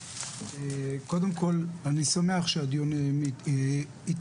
קודם כל אני שמח שהדיון התארך,